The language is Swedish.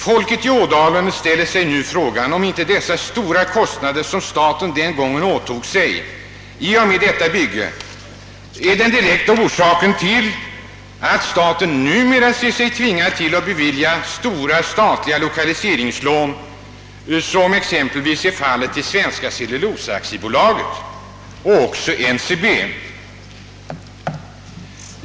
Folket i Ådalen ställer sig nu frågan, om de stora kostnader som staten den gången åtog sig i och med bygget varit den direkta orsaken till att staten numera ser sig tvingad att bevilja stora statliga lokaliseringslån, såsom exempelvis är fallet beträffande Svenska Cellulosa AB och även NCB.